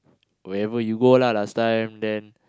wherever you go lah last time then